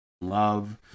Love